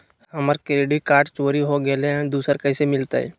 हमर credit card चोरी हो गेलय हई, दुसर कैसे मिलतई?